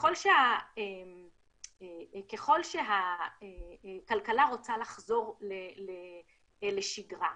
ככל שהכלכלה רוצה לחזור לשגרה,